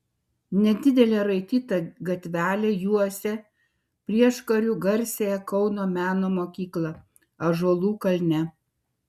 nedidelė raityta gatvelė juosia prieškariu garsiąją kauno meno mokyklą ąžuolų kalne